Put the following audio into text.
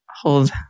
hold